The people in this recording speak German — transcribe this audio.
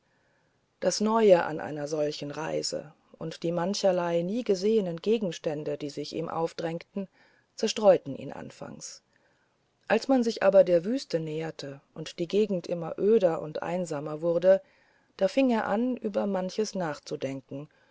das neue einer solchen reise und die mancherlei niegesehenen gegenstände die sich ihm aufdrängten zerstreuten ihn anfangs als man sich aber der wüste näherte und die gegend immer öder und einsamer wurde da fing er an über manches nachzudenken